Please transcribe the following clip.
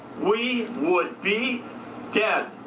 we would be dead